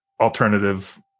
alternative